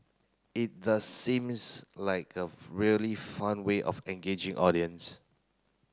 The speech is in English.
it does seems like a really fun way of engaging audience